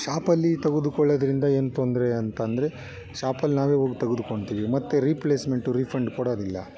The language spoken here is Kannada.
ಶಾಪಲ್ಲಿ ತೊಗೊದುಕೊಳ್ಳೋದ್ರಿಂದ ಏನು ತೊಂದರೆ ಅಂತಂದ್ರೆ ಶಾಪಲ್ಲಿ ನಾವೇ ಹೋಗಿ ತೊಗೊದುಕೊಳ್ತೀವಿ ಮತ್ತೆ ರೀಪ್ಲೇಸ್ಮೆಂಟು ರೀಫಂಡ್ ಕೊಡೋದಿಲ್ಲ